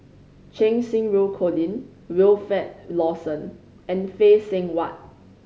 Cheng Xinru Colin Wilfed Lawson and Phay Seng Whatt